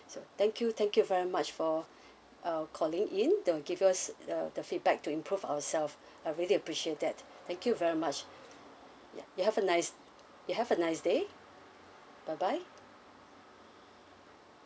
so thank you thank you very much for uh calling in to give us the the feedback to improve ourselves I really appreciate that thank you very much ya you have a nice you have a nice day bye bye